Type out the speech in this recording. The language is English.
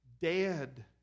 dead